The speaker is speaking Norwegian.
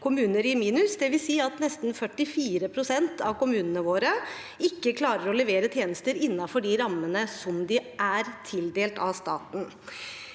kommuner i minus, dvs. at nesten 44 pst. av kommunene våre ikke klarer å levere tjenester innenfor de rammene de er tildelt av staten.